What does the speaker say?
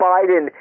Biden